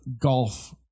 golf